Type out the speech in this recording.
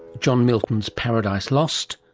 john milton's paradise lost,